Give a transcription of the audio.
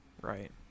Right